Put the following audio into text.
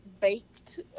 baked